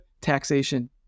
taxation